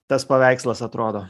tas paveikslas atrodo